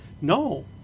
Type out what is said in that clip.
no